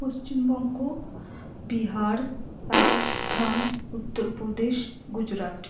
Paschimbanga Bihar Rajasthan Uttar Pradesh Gujarat